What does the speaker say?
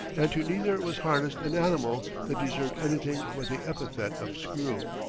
and to neither was harnessed an animal that deserved anything but the epithet of screw.